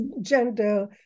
gender